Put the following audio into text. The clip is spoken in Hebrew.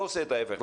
ולא עושה את ההיפך.